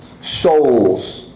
souls